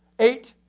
eight,